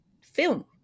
film